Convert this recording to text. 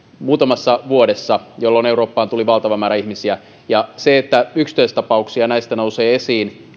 muutamassa vuodessa jolloin eurooppaan tuli valtava määrä ihmisiä ja se että yksittäistapauksia näistä nousee esiin